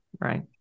Right